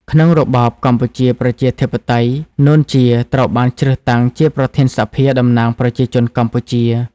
ក្នុងរបបកម្ពុជាប្រជាធិបតេយ្យ នួន ជា ត្រូវបានជ្រើសតាំង ជាប្រធានសភាតំណាងប្រជាជនកម្ពុជា ។